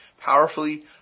powerfully